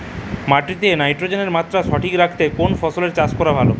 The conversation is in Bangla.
মাটিতে নাইট্রোজেনের মাত্রা সঠিক রাখতে কোন ফসলের চাষ করা ভালো?